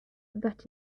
that